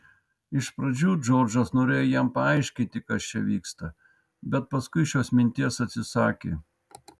iš pradžių džordžas norėjo jam paaiškinti kas čia vyksta bet paskui šios minties atsisakė